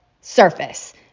surface